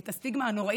את הסטיגמה הנוראית,